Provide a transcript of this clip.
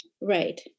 right